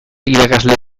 irakasle